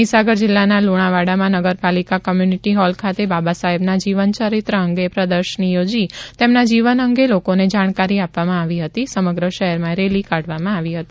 મહિસાગર જિલ્લાના લુણાવાડામાં નગરપાલિકા કોમ્યુનિટિ હોલ ખાતે બાબાસાહેબના જીવન ચરિત્ર અંગે પ્રદર્શની યોજી તેમના જીવન અંગે લોકોને જાણકારી આપવામાં આવી હતી સમગ્ર શહેરમાં રેલી કાઢવામાં આવી હતી